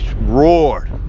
roared